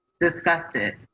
disgusted